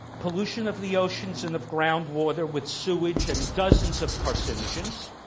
pollution of the oceans and of groundwater with sewage and dozens of carcinogens,